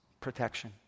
protection